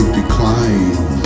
decline